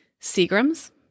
Seagram's